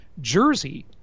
Jersey